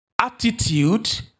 attitude